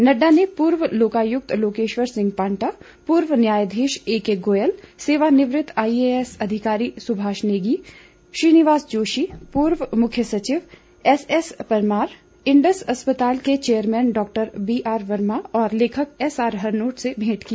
नड्डा ने पूर्व लोकायुक्त लोकेश्वर सिंह पांटा पूर्व न्यायाधीश एके गोयल सेवानिवृत आईएएस अधिकारी सुभाष नेगी श्रीनिवास जोशी पूर्व मुख्य सचिव एसएस परमार इंडस अस्पताल के चेयरमैन डॉक्टर बीआर वर्मा और लेखक एसआर हरनोट से भेंट की